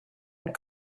and